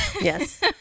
Yes